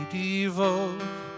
devote